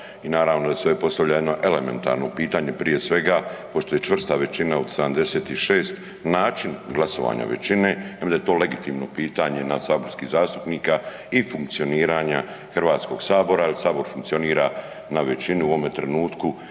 i naravno da se ovdje postavlja jedno elementarno pitanje, prije svega pošto je čvrsta većina od 76, način glasovanja većine, ja mislim da je to legitimno pitanje nas saborskih zastupnika i funkcioniranja HS jer sabor funkcionira na većinu. U ovome trenutku